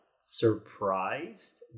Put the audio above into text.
surprised